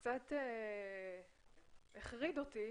שמעט החריד אותי